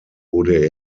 wurde